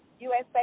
USA